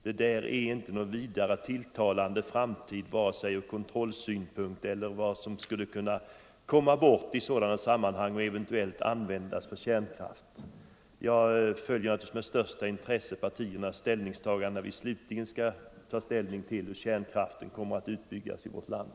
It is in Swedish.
Det där är inte en något vidare tilltalande framtid, vare sig ur kontrollsynpunkt eller med tanke på vad som skulle kunna ”komma bort” i sådana sammanhang för att eventuellt användas till kärnvapenframställning. Jag följer med största intresse partiernas ställningstagande till hur kärnkraften slutligen skall komma att utnyttjas i vårt land.